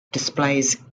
displays